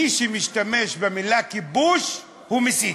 מי שמשתמש במילה כיבוש הוא מסית.